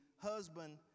Husband